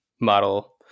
model